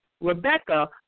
Rebecca